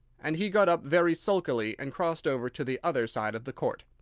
and he got up very sulkily and crossed over to the other side of the court.